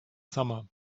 summer